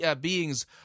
beings